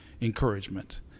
encouragement